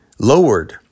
lowered